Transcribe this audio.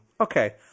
okay